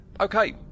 okay